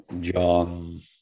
John